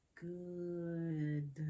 good